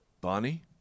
Bonnie